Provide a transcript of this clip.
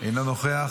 אינו נוכח,